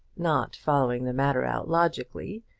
not following the matter out logically,